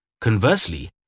Conversely